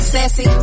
Sassy